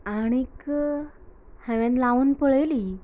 आनीक हांवेन लावन पळयली